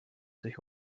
sich